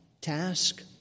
task